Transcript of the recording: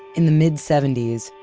in the mid seventy s,